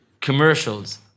commercials